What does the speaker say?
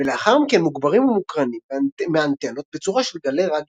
ולאחר מכן מוגברים ומוקרנים מאנטנות בצורה של גלי רדיו.